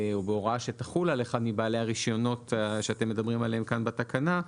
או בהוראה שתחול על אחד מבעלי הרישיונות שאתם מדברים עליהם כאן בתקנה,